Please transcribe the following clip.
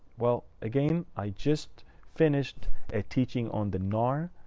well, again, i just finished a teaching on the nar.